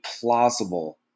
plausible